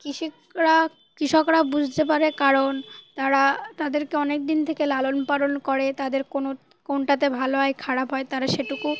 কৃষিকরা কৃষকরা বুঝতে পারে কারণ তারা তাদেরকে অনেক দিন থেকে লালন পালন করে তাদের কোনো কোনটাতে ভালো হয় খারাপ হয় তারা সেটুকু